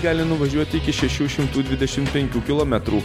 gali nuvažiuoti iki šešių šimtų dvidešim penkių kilometrų